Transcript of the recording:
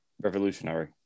revolutionary